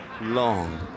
long